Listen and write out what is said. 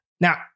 Now